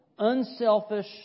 unselfish